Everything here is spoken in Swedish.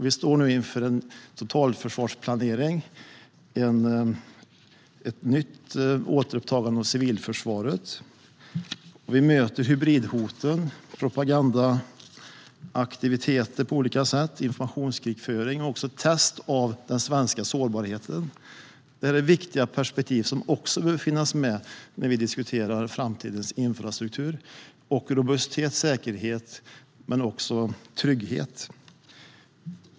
Vi står nu inför en totalförsvarsplanering med ett återupptagande av civilförsvaret. Vi möter hybridhot, olika propagandaaktiviteter, informationskrigföring och även tester av den svenska sårbarheten. Detta är viktiga perspektiv som också behöver finnas med när vi diskuterar framtidens infrastruktur och robusthet, säkerhet och trygghet.